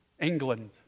England